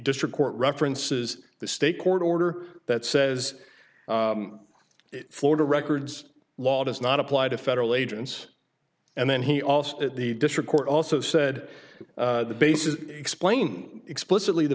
district court references the state court order that says florida records law does not apply to federal agents and then he also at the district court also said the base is explain explicitly the